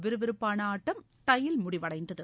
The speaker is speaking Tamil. விறுவிறுப்பான ஆட்டம் டையில் முடிவடைந்தது